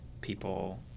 people